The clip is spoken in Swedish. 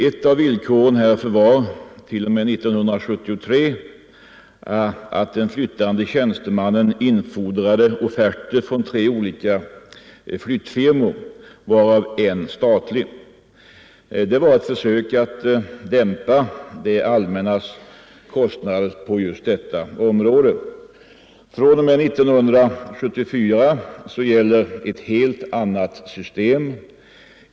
Ett av villkoren härför var, t.o.m. 1973, att den flyttande tjänstemannen infordrade offerter från tre olika flyttfirmor, varav en statlig. Det var ett försök att dämpa det allmännas kostnader på just detta område. fr.o.m. 1974 gäller ett helt annat system.